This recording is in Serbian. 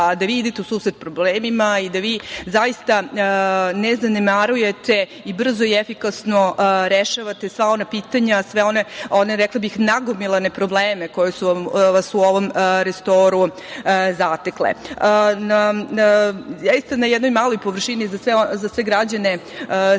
da vi idete u susret problemima i da vi zaista ne zanemarujete i brzo i efikasno rešavate sva ona pitanja, sve one, rekla bih, nagomilane probleme koji su vas u ovom resoru zatekli. Sve građane Srbije i sve narodne